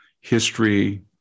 history